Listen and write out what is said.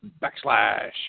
backslash